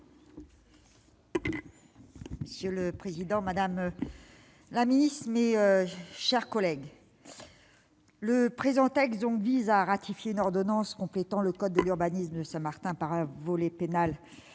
Monsieur le président, madame la ministre, mes chers collègues, le présent texte vise à ratifier une ordonnance complétant le code de l'urbanisme de Saint-Martin par un volet pénal,